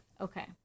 Okay